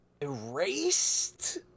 Erased